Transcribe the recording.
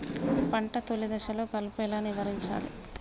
పంట తొలి దశలో కలుపు ఎలా నివారించాలి?